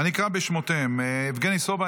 אני אקרא בשמותיהם: יבגני סובה,